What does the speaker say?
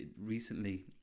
recently